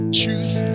truth